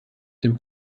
dem